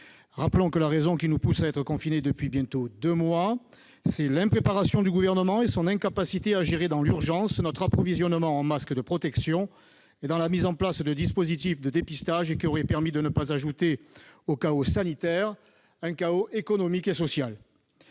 Rappelons que, si nous sommes confinés depuis bientôt deux mois, c'est en raison de l'impréparation du Gouvernement et de son incapacité à gérer dans l'urgence notre approvisionnement en masques de protection et la mise en place d'un dispositif de dépistage qui aurait permis de ne pas ajouter au chaos sanitaire un chaos économique et social.